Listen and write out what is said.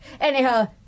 Anyhow